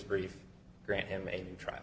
brief grant him a trial